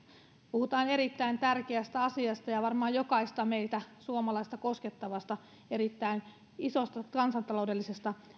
puhutaan erittäin tärkeästä asiasta ja varmaan jokaista meitä suomalaista koskettavasta erittäin isosta kansantaloudellisesta